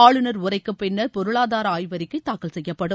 ஆளுநர் உரைக்கு பின்னர் பொருளாதார ஆய்வறிக்கை தாக்கல் செய்யப்படும்